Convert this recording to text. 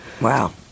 Wow